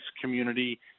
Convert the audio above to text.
community